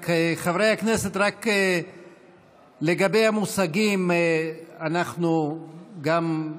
חברי הכנסת, רק לגבי המושגים, אנחנו גם,